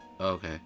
Okay